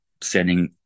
sending